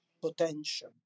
potential